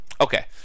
okay